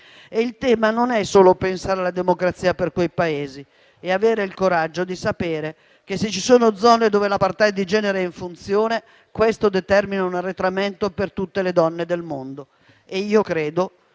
Il tema non è solo pensare alla democrazia per quei Paesi, ma è avere il coraggio di riconoscere che, se ci sono zone dove l'*apartheid* di genere è in funzione, questo determina un arretramento per tutte le donne del mondo. Credo